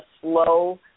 slow